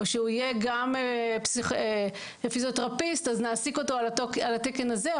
או שאם הוא פיזיותרפיסט נעסיק אותו על התקן הזה,